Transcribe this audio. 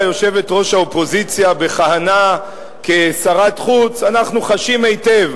יושבת-ראש האופוזיציה בכהנה כשרת חוץ אנחנו חשים היטב,